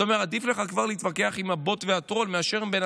אתה אומר שעדיף לך כבר להתווכח עם הבוט והטרול מאשר עם בן